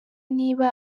niba